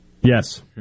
Yes